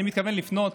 אני מתכוון לפנות